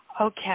Okay